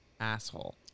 asshole